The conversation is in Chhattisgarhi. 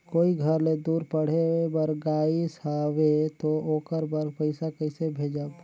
कोई घर ले दूर पढ़े बर गाईस हवे तो ओकर बर पइसा कइसे भेजब?